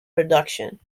production